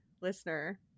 listener